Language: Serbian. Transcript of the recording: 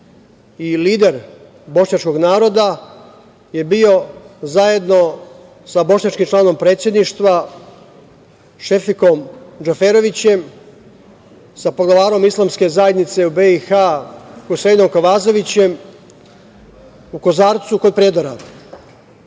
i lider bošnjačkog naroda je bio zajedno sa bošnjačkim članom predsedništva, Šefikom Džaferovićem, sa poglavarom islamske zajednice u BiH, Huseinom Kavazovićem u Kozaracu kod Prijedora. Šta